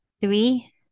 Three